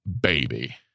baby